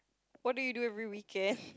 what do you do every weekend